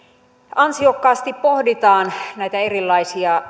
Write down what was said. ansiokkaasti pohditaan näitä erilaisia